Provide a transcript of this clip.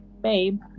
babe